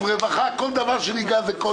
ברווחה כל דבר שניגע בו זה קודש.